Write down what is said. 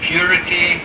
Purity